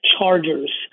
Chargers